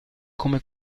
come